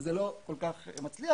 זה לא כל כך מצליח.